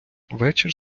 вечір